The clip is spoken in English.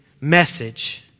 message